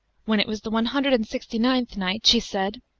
when it was the one hundred and sixty-eighth night, she said,